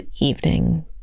evening